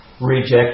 reject